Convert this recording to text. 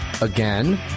again